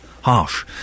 harsh